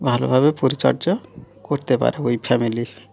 ভালোভাবে পরিচর্যা করতে পারে ওই ফ্যামিলি